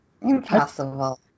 Impossible